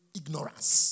ignorance